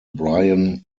brian